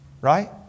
Right